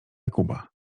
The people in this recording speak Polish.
jakuba